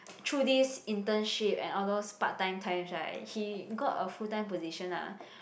through this internship and all those part time times right he got a full time position lah